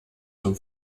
zum